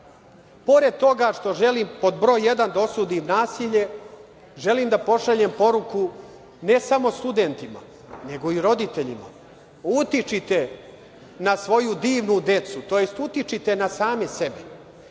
školu. Pored toga što želim pod broj jedan da osudim nasilje, želim da pošaljem poruku ne samo studentima, nego i roditeljima, utičite na svoju divnu decu, tj. utičite na sami sebe